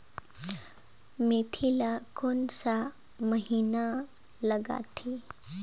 मेंथी ला कोन सा महीन लगथे?